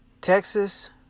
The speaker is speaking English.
Texas